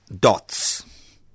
dots